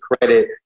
credit